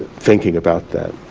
thinking about that.